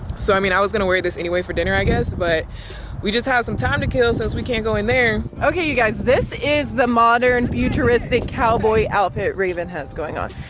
so, i mean, i was gonna wear this anyway for dinner, i guess, but we just have some time to kill since we can't go in there. okay, you guys, this is the modern futuristic cowboy outfit raven has going on.